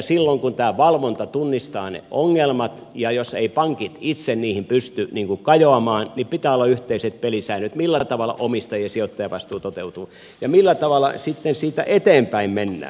silloin kun tämä valvonta tunnistaa ne ongelmat ja jos eivät pankit itse niihin pysty kajoamaan pitää olla yhteiset pelisäännöt millä tavalla omistaja ja sijoittajavastuu toteutuu ja millä tavalla sitten siitä eteenpäin mennään